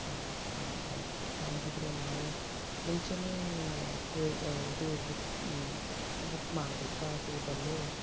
ಹಾಂ ಹಾಂ ಓಕೆ ಹಾಗಿದ್ರೆ ನಾವು ಮುಂಚೆಯೇ ಟೇ ಇದು ಬುಕ್ ಬುಕ್ ಮಾಡಬೇಕಾ ಟೇಬಲ್ಲು